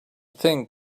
thing